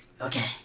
Okay